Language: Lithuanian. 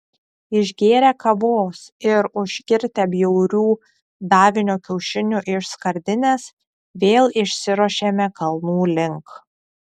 išgėrę kavos ir užkirtę bjaurių davinio kiaušinių iš skardinės vėl išsiruošėme kalnų link